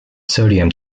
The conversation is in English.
sodium